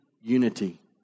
unity